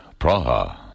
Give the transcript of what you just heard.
Praha